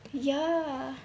ya